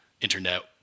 internet